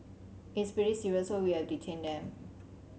it is pretty serious so we have detained them